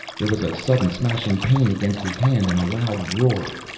there was a sudden, smashing pain against his hand and a loud roar.